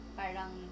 parang